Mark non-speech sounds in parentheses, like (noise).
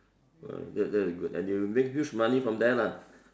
!wah! that that is good and you make huge money from there lah (laughs)